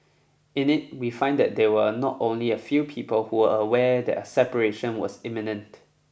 in it we find that there were not only a few people who are aware that a separation was imminent